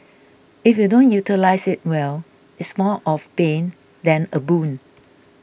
if you don't utilise it well it's more of bane than a boon